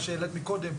מה שהעלית קודם,